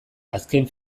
azken